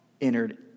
entered